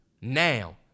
now